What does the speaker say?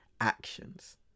actions